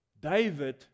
David